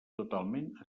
totalment